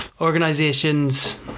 organizations